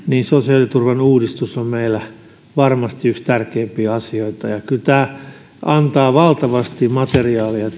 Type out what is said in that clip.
sosiaaliturvan uudistus on meillä varmasti yksi tärkeimpiä asioita kyllä tämä kertomus antaa valtavasti materiaalia